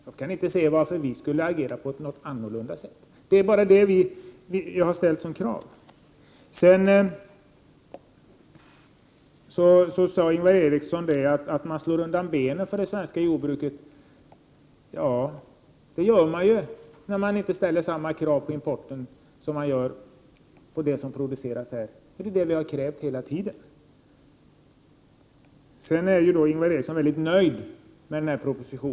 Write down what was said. Jag kan inte finna någon anledning till att vi skall agera annorlunda. Ingvar Eriksson sade att man slår undan benen för det svenska jordbruket. Ja, det gör man, om man inte ställer samma krav på de jordbruksprodukter som importeras. Det är vad vi hela tiden har krävt. Ingvar Eriksson är mycket nöjd med föreliggande proposition.